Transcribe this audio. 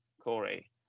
Corey